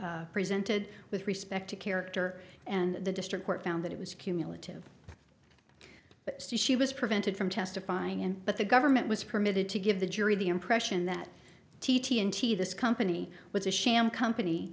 proof presented with respect to character and the district court found that it was cumulative but she was prevented from testifying in but the government was permitted to give the jury the impression that t t and t this company was a sham company